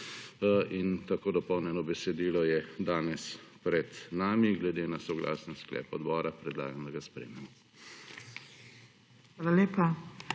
In tako dopolnjeno besedilo je danes pred nami. Glede na soglasen sklep odbora predlagam, da ga sprejmemo.